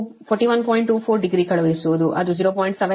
24 degree ಕಳುಹಿಸುವುದು ಅದು 0